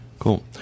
Cool